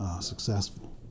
successful